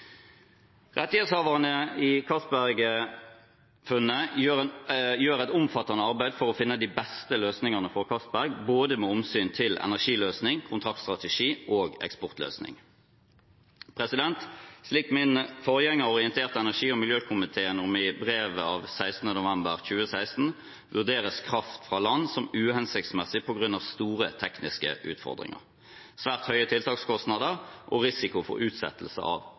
Rettighetshaverne i Johan Castberg-funnet gjør et omfattende arbeid for å finne de beste løsningene for Johan Castberg-feltet både med hensyn til energiløsning, kontraktstrategi og eksportløsning. Slik min forgjenger orienterte energi- og miljøkomiteen om i brev av 16. november 2016, vurderes kraft fra land som uhensiktsmessig på grunn av store tekniske utfordringer, svært høye tiltakskostnader og risiko for utsettelse av